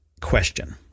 question